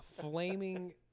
flaming